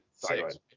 six